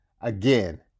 again